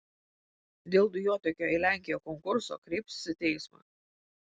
dėl dujotiekio į lenkiją konkurso kreipsis į teismą